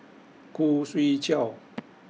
Khoo Swee Chiow